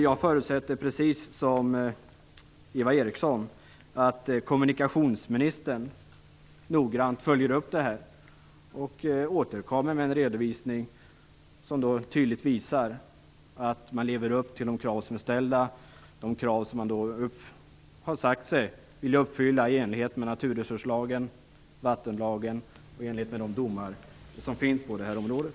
Jag förutsätter precis som Eva Eriksson att kommunikationsministern noggrant följer upp det här och återkommer med en redovisning som tydligt visar att man lever upp till de krav som är ställda, krav som man har sagt sig vilja uppfylla i enlighet med naturresurslagen och vattenlagen och i enlighet med de domar som finns på det här området.